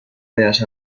bellas